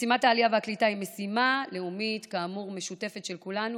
משימת העלייה והקליטה היא כאמור משימה לאומית משותפת של כולנו,